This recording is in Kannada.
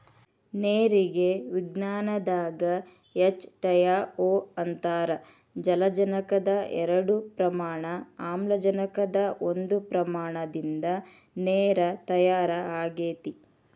ನೇರಿಗೆ ವಿಜ್ಞಾನದಾಗ ಎಚ್ ಟಯ ಓ ಅಂತಾರ ಜಲಜನಕದ ಎರಡ ಪ್ರಮಾಣ ಆಮ್ಲಜನಕದ ಒಂದ ಪ್ರಮಾಣದಿಂದ ನೇರ ತಯಾರ ಆಗೆತಿ